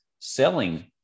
selling